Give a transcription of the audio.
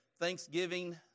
Thanksgiving